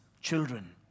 children